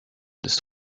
this